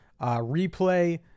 Replay